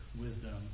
wisdom